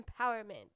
empowerment